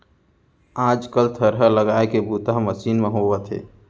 आज कल थरहा लगाए के बूता ह मसीन म होवथे